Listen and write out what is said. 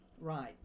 Right